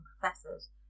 professors